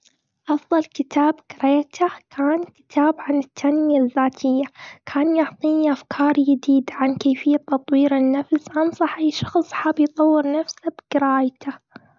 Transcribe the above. أفضل كتاب قريته، كان كتاب عن التنمية الذاتية. كان يعطيني أفكار جديدة عن كيفية تطوير النفس. أنصح أي شخص حابي يطور نفسه بقرايته.